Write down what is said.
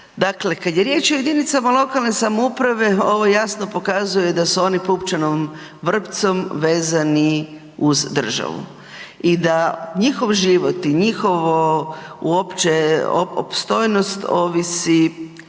Dakle, kad je riječ o jedinicama lokalne samouprave ovo jasno pokazuje da su oni pupčanom vrpcom vezani uz državu i da njihov život i njihovo uopće opstojnost ovisi